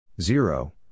Zero